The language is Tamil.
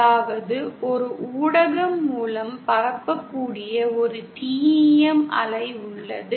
அதாவது ஒரு ஊடகம் மூலம் பரப்பக்கூடிய ஒரு TEM அலை உள்ளது